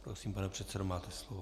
Prosím, pane předsedo, máte slovo.